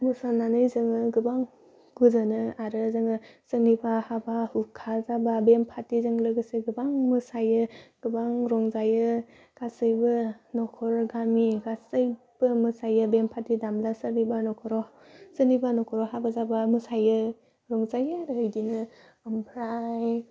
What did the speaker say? मोसानानै जोङो गोबां गोजोनो आरो जोङो सोरनिबा हाबा हुखा जाबा बेंफाथिजों लोगोसे गोबां मोसायो गोबां रंजायो गासैबो नखटर गामि गासैबो मोसायो बेंबाथि दामग्रा सोरनिबा नख'राव सोरनिबा नखराव हाबा जाबा मोसायो रंजायो आरो बिदिनो ओमफ्राय